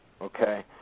okay